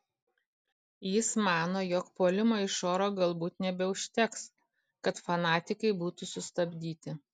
jis mano jog puolimo iš oro galbūt nebeužteks kad fanatikai būtų sustabdyti